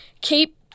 keep